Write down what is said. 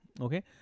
okay